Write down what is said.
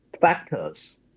factors